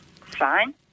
Fine